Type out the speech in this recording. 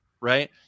right